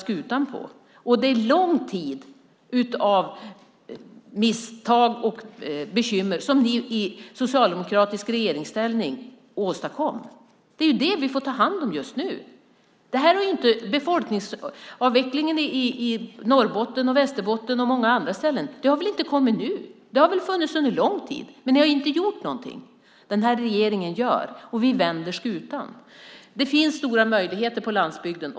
Det är en lång tid av misstag och bekymmer som ni i socialdemokratisk regeringsställning åstadkom som vi får ta hand om just nu. Befolkningsavvecklingen i Norrbotten, Västerbotten och många andra ställen har inte kommit nu. Den har pågått under lång tid, men ni har inte gjort något. Den här regeringen gör, och vi vänder skutan. Det finns stora möjligheter på landsbygden.